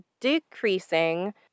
decreasing